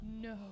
No